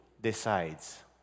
Decides